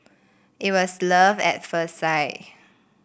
it was love at first sight